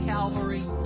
Calvary